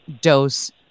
dose